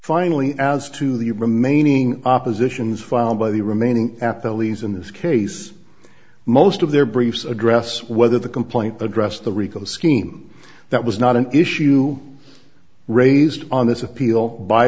finally as to the remaining oppositions filed by the remaining at the leads in this case most of their briefs address whether the complaint addressed the rico scheme that was not an issue raised on this